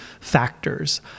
factors